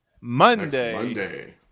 monday